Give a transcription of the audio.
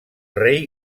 rei